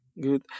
Good